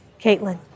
Caitlin